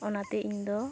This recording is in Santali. ᱚᱱᱟᱛᱮ ᱤᱧᱫᱚ